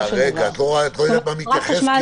את לא יודעת מה מתייחס.